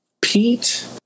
Pete